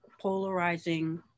Polarizing